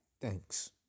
Thanks